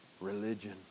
religion